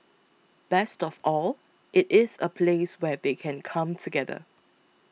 best of all it is a place where they can come together